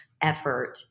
effort